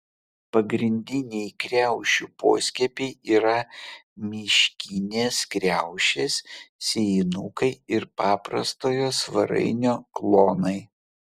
pagrindiniai kriaušių poskiepiai yra miškinės kriaušės sėjinukai ir paprastojo svarainio klonai